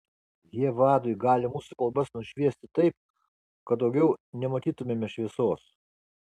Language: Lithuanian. jie vadui gali mūsų kalbas nušviesti taip kad daugiau nematytumėme šviesos